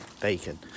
bacon